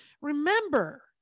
Remember